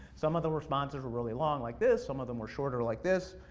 some of the responses were really long, like this, some of them were shorter like this,